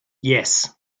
yes